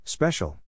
Special